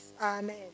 Amen